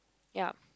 ya